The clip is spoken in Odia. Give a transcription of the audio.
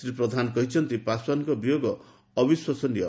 ଶ୍ରୀ ପ୍ରଧାନ କହିଛନ୍ତି ପାଶ୍ୱାନଙ୍କ ବିୟୋଗ ଅବିଶ୍ୱସନୀୟ